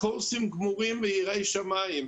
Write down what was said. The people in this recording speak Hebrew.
אפיקורסים גמורים ויראי שמים.